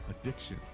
addiction